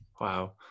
Wow